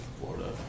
Florida